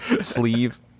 sleeve